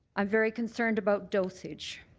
i'm very concerned about dosage.